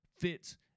fits